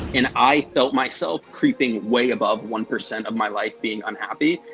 and i felt myself creeping way above one percent of my life being unhappy,